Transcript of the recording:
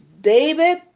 David